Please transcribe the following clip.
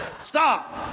stop